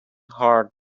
hard